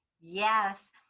Yes